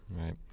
right